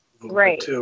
right